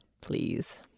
Please